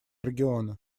региона